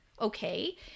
okay